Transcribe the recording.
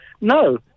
no